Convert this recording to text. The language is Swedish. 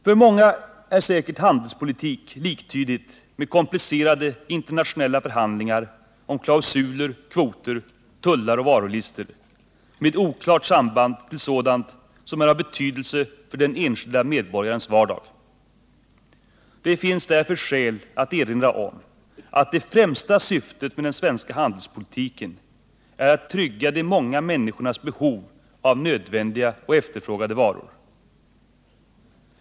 För många är säkert handelspolitik liktydigt med komplicerade internationella förhandlingar om klausuler, kvoter, tullar och varulistor, med oklart samband till sådant som är av betydelse för den enskilda medborgarens vardag. Det finns därför skäl att erinra om att det främsta syftet med den svenska handelspolitiken är att trygga de många människornas behov av nödvändiga och efterfrågade varor.